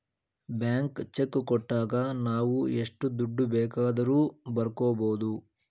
blank cheque ಕೊಟ್ಟಾಗ ನಾವು ಎಷ್ಟು ದುಡ್ಡು ಬೇಕಾದರೂ ಬರ್ಕೊ ಬೋದು